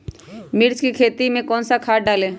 मिर्च की खेती में कौन सा खाद डालें?